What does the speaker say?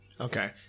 okay